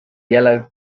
yellow